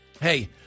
Hey